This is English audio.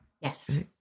Yes